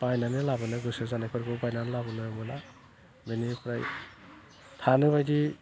बायनानै लाबोनो गोसो जानायफोरखौ बायनानै लाबोनो मोना बेनिफ्राय थानो बायदि